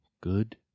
good